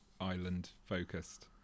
Island-focused